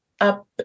up